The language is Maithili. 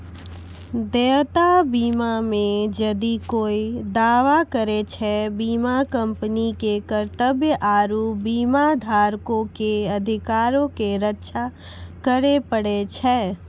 देयता बीमा मे जदि कोय दावा करै छै, बीमा कंपनी के कर्तव्य आरु बीमाधारको के अधिकारो के रक्षा करै पड़ै छै